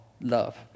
love